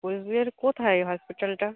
কুচবিহারে কোথায় এই হসপিটালটা